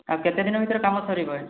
ଆଉ କେତେ ଦିନ ଭିତରେ କାମ ସରିବ